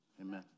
Amen